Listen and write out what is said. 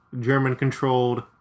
German-controlled